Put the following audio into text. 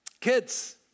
Kids